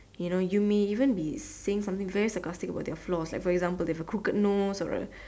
you know you may even be saying something very sarcastic about their flaws like for example they have a crooked nose or a